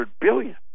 billion